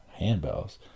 handbells